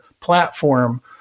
platform